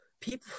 people